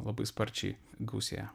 labai sparčiai gausėja